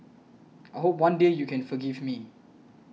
I hope one day you can forgive me